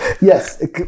Yes